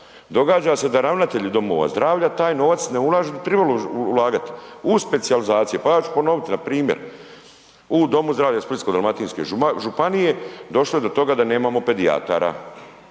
Događa se da ravnatelj domova zdravlja taj novac ne ulaže u trebalo ulagati, u specijalizacije, pa ja ću ponoviti, npr. u domu zdravlja Splitsko-dalmatinske županije, došlo je do toga da nemamo pedijatara,